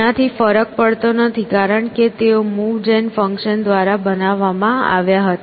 તેનાથી ફરક પડતો નથી કારણ કે તેઓ મૂવ જેન ફંક્શન દ્વારા બનાવવામાં આવ્યા હતા